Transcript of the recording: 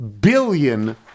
billion